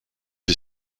est